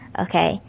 okay